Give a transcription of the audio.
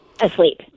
Asleep